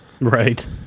Right